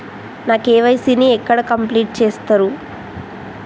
నా కే.వై.సీ ని ఎక్కడ కంప్లీట్ చేస్తరు?